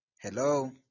hello